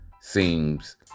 seems